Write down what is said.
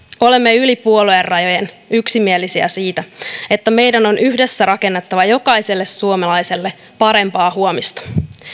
olemme yli puoluerajojen yksimielisiä siitä että meidän on yhdessä rakennettava jokaiselle suomalaiselle parempaa huomista